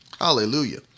Hallelujah